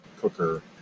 cooker